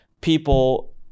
people